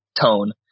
tone